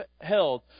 held